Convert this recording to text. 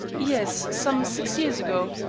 yes, some six years ago.